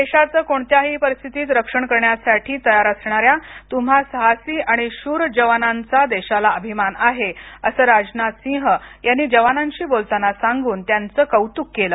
देशाचं कोणत्याही परिस्थितीत रक्षण करण्यासाठी तयार असणाऱ्या तुम्हा साहसी आणि शूर जवानांचा देशाला अभिमान आहे असं राजनाथ सिंह यांनी जवानाशी बोलताना सांगून त्यांच कौतुक केल